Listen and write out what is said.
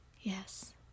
Yes